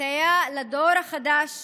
לסייע לדור החדש